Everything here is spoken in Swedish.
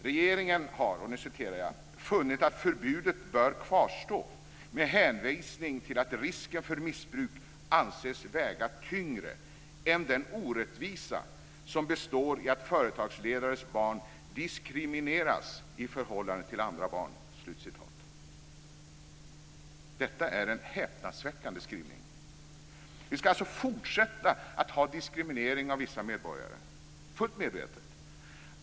Regeringen har "funnit att förbudet bör kvarstå med hänvisning till att risken för missbruk anses väga tyngre än den orättvisa som består i att företagsledares barn diskrimineras i förhållande till andra barn." Detta är en häpnadsväckande skrivning. Vi ska alltså fortsätta att ha diskriminering av vissa medborgare. Fullt medvetet!